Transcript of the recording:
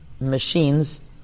machines